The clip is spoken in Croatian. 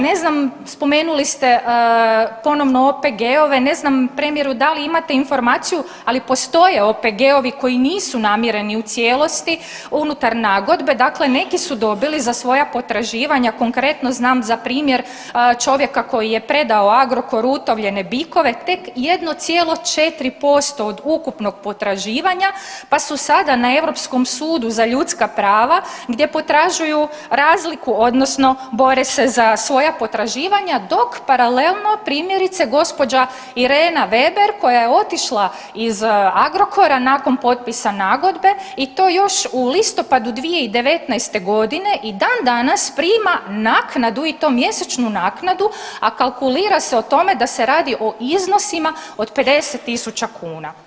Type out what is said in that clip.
Ne znam spomenuli ste ponovno OPG-ove, ne znam premijeru da li imate informaciju ali postoje OPG-ovi koji nisu namireni u cijelosti unutar nagodbe, dakle neki su dobili za svoja potraživanja konkretno znam za primjer čovjeka koji je predao Agrokoru utovljene bikove tek 1,4% od ukupnog potraživanja pa su sada na Europskom sudu za ljudska prava gdje potražuju razliku odnosno bore se za svoja potraživanja dok paralelno primjerice gđa. Irena Veber koja je otišla iz Agrokora nakon potpisa nagodbe i to još u listopadu 2019. godine i dan danas prima naknadu i to mjesečnu naknadu, a kalkulira se o tome da se radi o iznosima od 50.000 kuna.